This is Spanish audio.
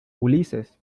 ulises